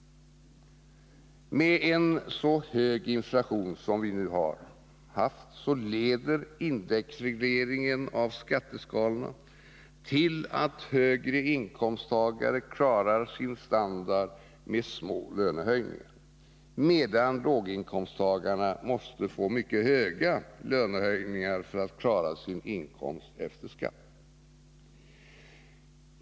Med en så hög inflation som vi nu har haft leder indexregleringen av skatteskalorna till att höginkomsttagare klarar sin standard med små lönehöjningar, medan låginkomsttagare måste få mycket höga lönehöjningar för att klara sin inkomst efter skatt.